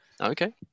Okay